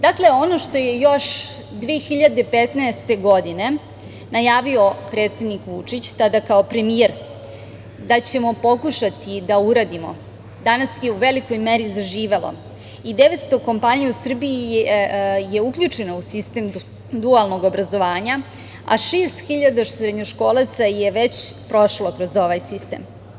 Dakle, ono što je još 2015. godine, najavio predsednik Vučić, tada kao premijer da ćemo pokušati da uradimo, danas je u velikoj meri zaživelo i 900 kompanija u Srbiji je uključeno u sistem dualnog obrazovanja, a 6000 srednjoškolaca je već prošlo kroz ovaj sistem.